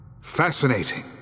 Fascinating